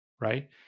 Right